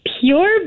pure